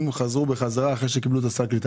וחזרו בחזרה למדינתם אחרי שקיבלו את סל הקליטה.